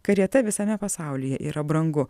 karieta visame pasaulyje yra brangu